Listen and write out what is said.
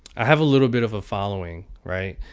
i have a little bit of a following, right?